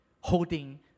holding